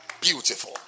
Beautiful